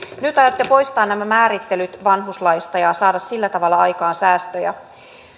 nyt aiotte poistaa nämä määrittelyt vanhuslaista ja saada sillä tavalla aikaan säästöjä